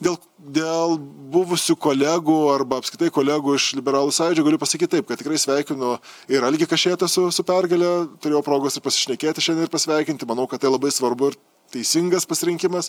dėl dėl buvusių kolegų arba apskritai kolegų iš liberalų sąjūdžio galiu pasakyt taip kad tikrai sveikinu ir algį kašėtą su su pergale turėjau progos ir pasišnekėti šiandien ir pasveikinti manau kad tai labai svarbu ir teisingas pasirinkimas